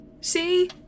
See